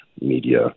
media